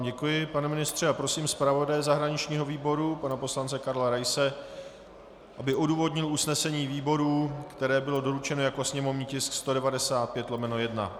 Děkuji vám, pane ministře, a prosím zpravodaje zahraničního výboru pana poslance Karla Raise, aby odůvodnil usnesení výboru, které bylo doručeno jako sněmovní tisk 195/1.